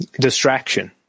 Distraction